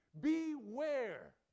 beware